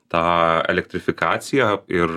tą elektrifikaciją ir